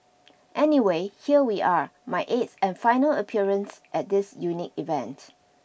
anyway here we are my eighth and final appearance at this unique event